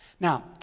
Now